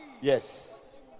Yes